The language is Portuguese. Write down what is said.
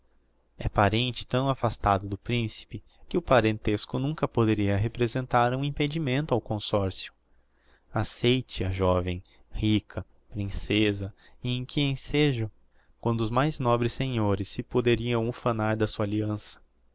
é parente tão afastado do principe que o parentesco nunca poderia representar um impedimento ao consorcio acceita a joven rica princêsa e em que ensejo quando os mais nobres senhores se poderiam ufanar da sua alliança